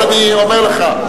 אז אני אומר לך.